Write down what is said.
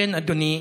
לכן, אדוני,